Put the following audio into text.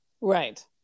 Right